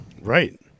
Right